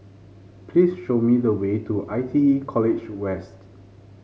please show me the way to I T E College West